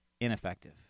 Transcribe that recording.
ineffective